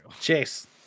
Chase